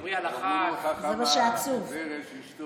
מה שהכי מדהים זה שכל האנשים האלה הם כנראה,